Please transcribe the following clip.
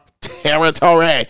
territory